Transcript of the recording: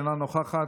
אינה נוכחת,